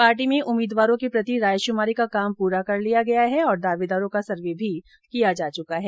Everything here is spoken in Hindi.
पार्टी में उम्मीदवारों के प्रति रायशुमारी का काम पूरा कर लिया गया है और दावेदारों का सर्वे भी किया जा चुका है